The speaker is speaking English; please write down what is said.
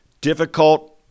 difficult